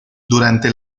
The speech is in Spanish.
durante